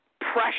pressure